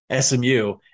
smu